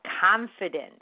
confidence